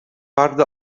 فرد